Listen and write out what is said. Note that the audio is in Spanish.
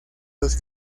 los